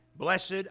Blessed